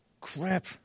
crap